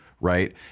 right